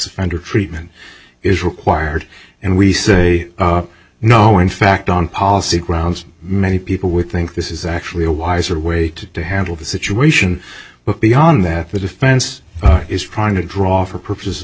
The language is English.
offender treatment is required and we say no in fact on policy grounds many people would think this is actually a wiser way to handle the situation but beyond that the defense is trying to draw for purposes